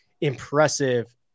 impressive